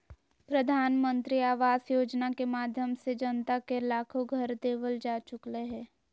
प्रधानमंत्री आवास योजना के माध्यम से जनता के लाखो घर देवल जा चुकलय हें